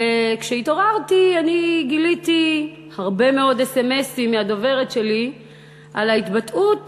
וכשהתעוררתי גיליתי הרבה מאוד אס.אם.אסים מהדוברת שלי על ההתבטאות